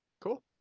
Cool